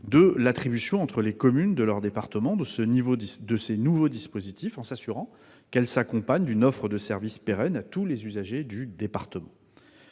de l'attribution entre les communes de leurs départements de ces nouveaux dispositifs, en s'assurant qu'elle s'accompagne d'une offre de service pérenne à tous les usagers du département.